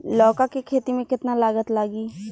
लौका के खेती में केतना लागत लागी?